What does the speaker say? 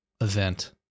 Event